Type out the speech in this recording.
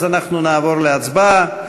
אז אנחנו נעבור להצבעה.